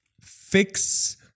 fix